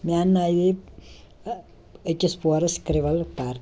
مےٚ انناوے أکِس پورس کِرٛول پردٕ